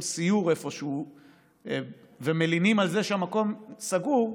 סיור איפשהו ומלינים על זה שהמקום סגור,